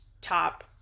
top